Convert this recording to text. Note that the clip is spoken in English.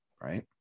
right